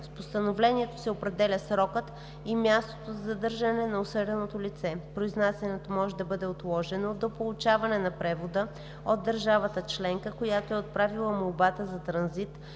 С постановлението се определят срокът и мястото за задържане на осъденото лице. Произнасянето може да бъде отложено до получаването на превода от държавата членка, която е отправила молбата за транзит,